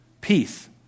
peace